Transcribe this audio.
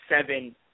seven